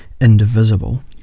indivisible